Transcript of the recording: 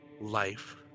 life